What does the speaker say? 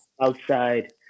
outside